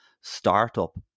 startup